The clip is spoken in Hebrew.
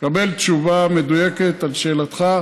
תקבל תשובה מדויקת על שאלתך.